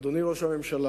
אדוני ראש הממשלה,